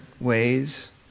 ways